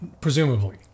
Presumably